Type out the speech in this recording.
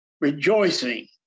rejoicing